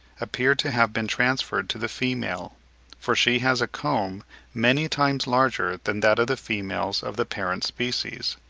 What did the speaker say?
appear to have been transferred to the female for she has a comb many times larger than that of the females of the parent species.